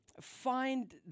find